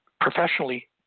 professionally